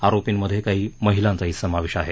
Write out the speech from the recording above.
आरोपींमध्ये काही महिलांचाही समावेश आहे